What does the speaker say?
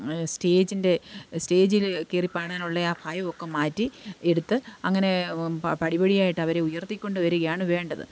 സ്റ്റേജിൻ്റെ സ്റ്റേജിൽ കയറി പാടാനുള്ള ആ ഭയം ഒക്കെ മാറ്റി എടുത്ത് അങ്ങനെ പടിപടിയായിട്ട് അവരെ ഉയർത്തിക്കൊണ്ട് വരികയാണ് വേണ്ടത്